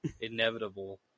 inevitable